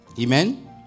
Amen